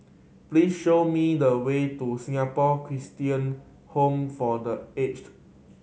please show me the way to Singapore Christian Home for The Aged